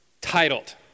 titled